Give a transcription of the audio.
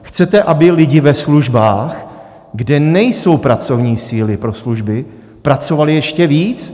Chcete, aby lidi ve službách, kde nejsou pracovní síly pro služby, pracovali ještě víc?